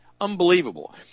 Unbelievable